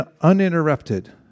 uninterrupted